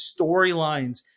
storylines